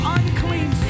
unclean